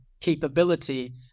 capability